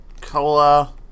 cola